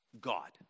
God